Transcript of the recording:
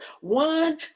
One